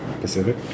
Pacific